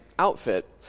Outfit